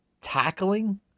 tackling